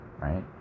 Right